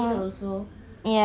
ya